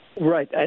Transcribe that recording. right